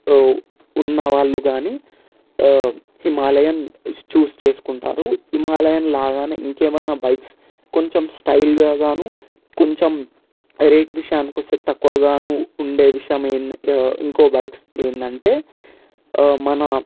ఉన్నవాళ్లు కానీ Himalayan choose చేసుకుంటారు హిమాలయన్ లాగానే ఇంకేమైనా బైక్స్ కొంచెం స్టైల్గా గాను కొంచెం రేట్ విషయం కొస్తే తక్కువగాను ఉండే విషయమై ఇంకో బైక్స్ ఏందంటే మన